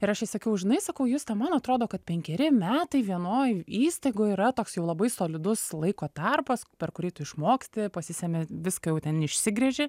ir aš jai sakiau žinai sakau juste man atrodo kad penkeri metai vienoj įstaigoj yra toks jau labai solidus laiko tarpas per kurį tu išmoksti pasisemi viską jau ten išsigręži